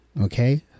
Okay